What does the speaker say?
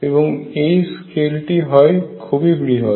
এবং এই স্কেলটি হয় খুবই বৃহৎ